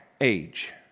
age